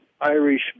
Irish